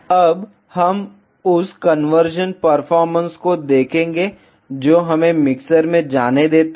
अब हम उस कन्वर्शन परफॉर्मेंस को देखेंगे जो हमें मिक्सर में जाने देता है